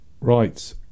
right